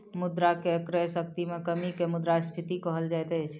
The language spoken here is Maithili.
मुद्रा के क्रय शक्ति में कमी के मुद्रास्फीति कहल जाइत अछि